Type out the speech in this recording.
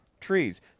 trees